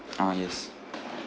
ah yes